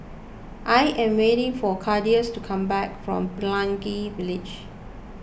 I am waiting for Claudius to come back from Pelangi Village